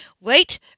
wait